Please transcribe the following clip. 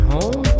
Home